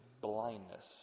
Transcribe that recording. blindness